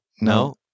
No